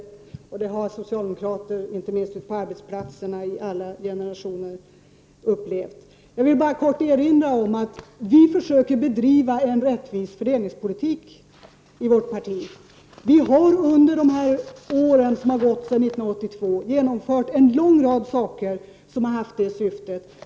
Detta har socialdemokrater, inte minst ute på arbetsplatserna, i alla generationer fått uppleva. Jag vill bara kort erinra om att vi i vårt parti försöker bedriva en rättvis fördelningspolitik. Vi har under de år som gått sedan 1982 genomfört en lång rad åtgärder med detta syfte.